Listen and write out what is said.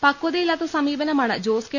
പക്വതയില്ലാത്ത സമീപനമാണ് ജോസ് കെ